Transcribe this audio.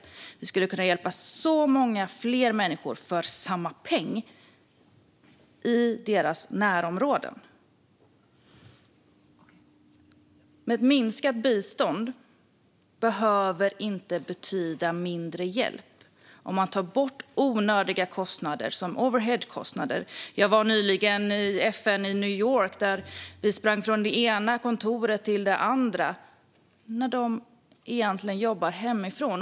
För samma pengar skulle vi kunna hjälpa många fler människor i deras närområde. Minskat bistånd behöver inte betyda mindre hjälp om man tar bort onödiga kostnader som overheadkostnader. Jag var nyligen i FN i New York. Där sprang vi från det ena kontoret till det andra trots att folk egentligen jobbar hemifrån.